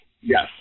Yes